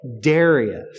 Darius